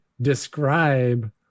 describe